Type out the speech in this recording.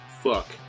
Fuck